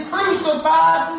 Crucified